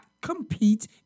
compete